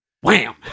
wham